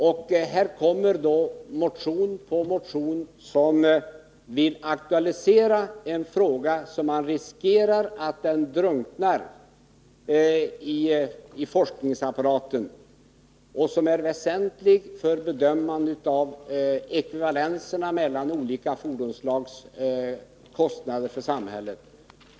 Vidare har man i motion efter motion velat aktualisera en fråga som riskerar att drunkna i forskningsapparaten och som är väsentlig för bedömningen av olika fordonsslags kostnader för samhället.